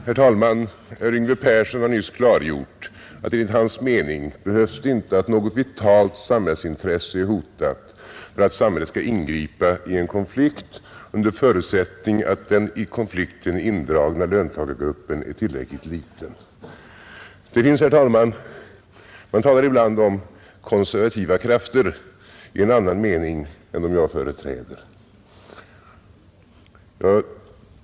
Herr talman! Herr Yngve Persson har nyss klargjort att enligt hans mening behövs det inte att något vitalt samhällsintresse är hotat för att samhället skall ingripa i en konflikt, under förutsättning att den i konflikten indragna löntagargruppen är tillräckligt liten. Man talar ibland om konservativa krafter i en annan mening än den jag företräder.